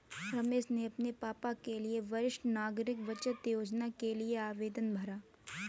रमेश ने अपने पापा के लिए वरिष्ठ नागरिक बचत योजना के लिए आवेदन भरा